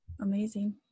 Amazing